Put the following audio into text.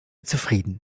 zufrieden